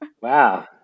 Wow